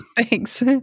Thanks